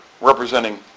representing